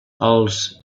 els